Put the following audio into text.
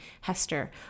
Hester